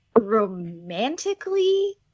romantically